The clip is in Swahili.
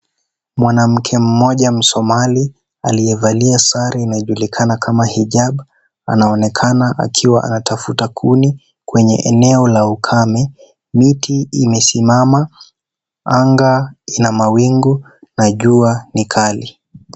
Mwanamke mmoja msomali aliyevalia sare inayojulikana kama hijab anaonekana akiwa anatafuta kuni kwenye eneo la ukame. Miti imesimama, anga ya mawingu na jua ni kali.